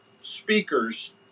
speakers